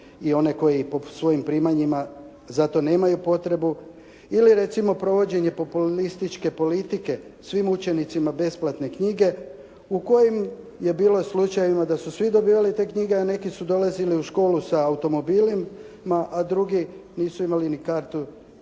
i one koji po svojim primanjima za to nemaju potrebu. Ili recimo provođenje populističke politike svim učenicima besplatne knjige u kojim je bilo slučajeva da su svi dobivali te knjige a neki su dolazili u školu sa automobilima a drugi nisu imali ni kartu